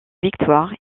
victoires